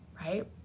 right